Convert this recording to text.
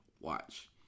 Watch